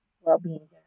well-being